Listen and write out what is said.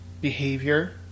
behavior